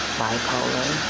bipolar